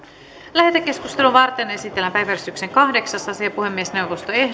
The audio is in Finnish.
lähetekeskustelua varten esitellään päiväjärjestyksen kahdeksas asia puhemiesneuvosto